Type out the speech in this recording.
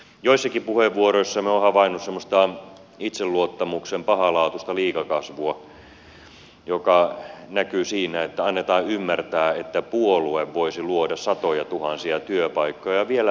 joissakin puheenvuoroissa olen havainnut semmoista itseluottamuksen pahanlaatuista liikakasvua joka näkyy siinä että annetaan ymmärtää että puolue voisi luoda satojatuhansia työpaikkoja ja vieläpä nopeasti